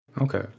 Okay